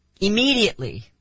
immediately